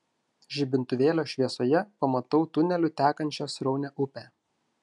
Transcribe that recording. žibintuvėlio šviesoje pamatau tuneliu tekančią sraunią upę